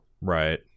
Right